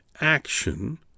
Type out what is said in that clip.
action